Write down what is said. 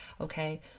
Okay